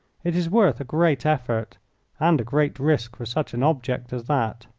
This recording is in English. it is worth a great effort and a great risk for such an object as that.